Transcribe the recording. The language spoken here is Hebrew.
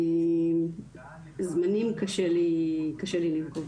לגבי הזמנים, את זה קשה לנקוב.